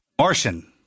Martian